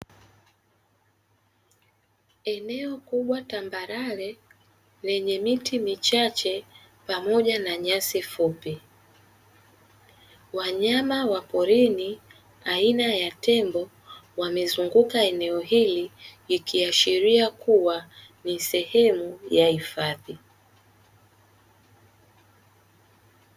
Eneo kubwa tambarare, lenye miti michache pamoja na nyasi fupi. Wanyama wa porini aina ya tembo, wamezunguka eneo hili, ikiashiria kuwa ni sehemu ya hifadhi.